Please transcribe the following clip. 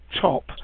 top